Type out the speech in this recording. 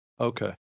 Okay